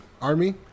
Army